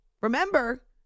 remember